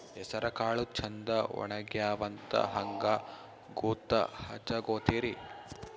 ಹೆಸರಕಾಳು ಛಂದ ಒಣಗ್ಯಾವಂತ ಹಂಗ ಗೂತ್ತ ಹಚಗೊತಿರಿ?